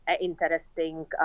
interesting